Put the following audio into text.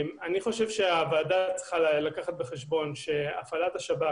אני חושב שהוועדה צריכה לקחת בחשבון שהפעלת השב"כ,